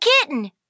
kitten